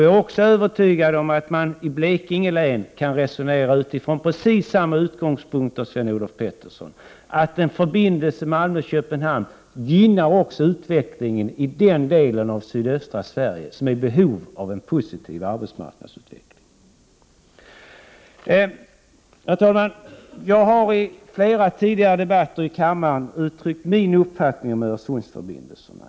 Jag är också övertygad om, Sven-Olof Petersson, att man i Blekinge län kan resonera från precis samma utgångspunkter, nämligen att en förbindelse mellan Malmö och Köpenhamn gynnar utvecklingen även i den delen av sydöstra Sverige, som är i behov av en positiv arbetsmarknadsutveckling. Herr talman! Jag har i flera tidigare debatter här i kammaren uttryckt min 117 uppfattning om Öresundsförbindelserna.